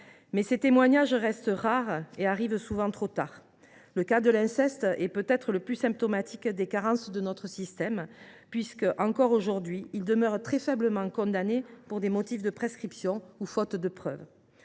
mais ces témoignages restent rares et arrivent souvent trop tard. Le cas de l’inceste est peut être le symptôme le plus évident des carences de notre système, puisque, encore aujourd’hui, il demeure très faiblement condamné, soit pour des motifs de prescription, soit faute de preuve.